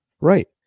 right